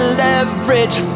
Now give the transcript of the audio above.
leverage